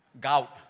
gout